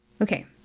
Okay